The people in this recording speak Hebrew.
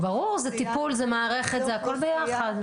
ברור, זה טיפול, זו מערכת, זה הכל ביחד.